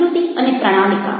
સંસ્કૃતિ અને પ્રણાલિકા